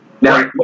Now